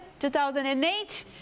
2008